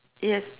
yes